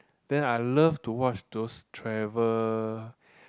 then I love to watch those travel